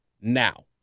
now